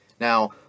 Now